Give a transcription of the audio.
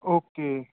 okay